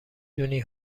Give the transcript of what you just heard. دونی